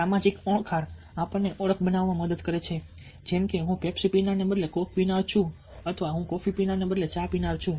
સામાજિક ઓળખ આપણને ઓળખ બનાવવામાં મદદ કરે છે એમ કે હું પેપ્સી પીનારને બદલે કોક પીનાર છું હું કોફી પીનારને બદલે ચા પીનાર છું